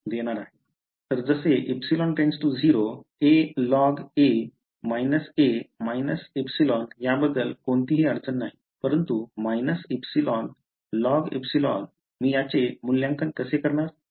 तर जसे ε🡪0 alog - a - εयाबद्दल कोणतीही अडचण नाही परंतु - εlogε मी याचे मूल्यांकन कसे करणार